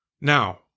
Now